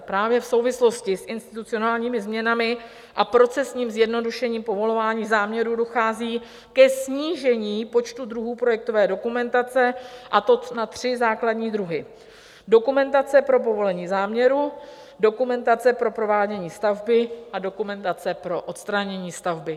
Právě v souvislosti s institucionálními změnami a procesním zjednodušením povolování záměrů dochází ke snížení počtu druhů projektové dokumentace, a to na tři základní druhy: dokumentace pro povolení záměru, dokumentace pro provádění stavby a dokumentace pro odstranění stavby.